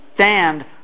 stand